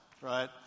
right